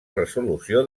resolució